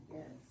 Yes